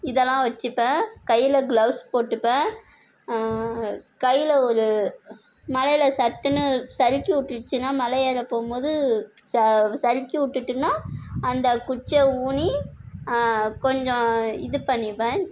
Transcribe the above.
இதெலாம் வச்சுப்பேன் கையில் கிளவுஸ் போட்டுப்பேன் கையில் ஒரு மழையில சட்டுனு சறுக்கிவிட்டுருச்சுனா மலை ஏற போகும்போது ச சரிச்சு உட்டுட்டுனா அந்த குச்சி ஊனி கொஞ்சம் இது பண்ணிப்பேன்